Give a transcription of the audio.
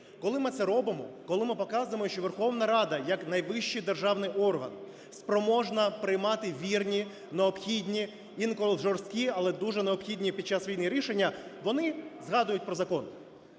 Коли ми це робимо, коли ми показуємо, що Верховна Рада як найвищий державний орган спроможна приймати вірні необхідні, інколи жорсткі, але дуже необхідні під час війни рішення, вони згадують про закон.